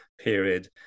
period